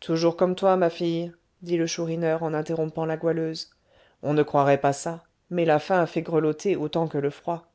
toujours comme toi ma fille dit le chourineur en interrompant la goualeuse on ne croirait pas ça mais la faim fait grelotter autant que le froid